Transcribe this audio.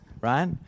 right